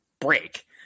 break